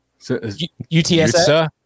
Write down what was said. UTSA